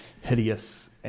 hideous